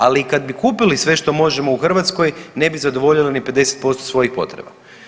Ali kad bi i kupili sve što možemo u Hrvatskoj ne bi zadovoljili ni 50% svojih potreba.